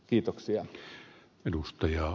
herra puhemies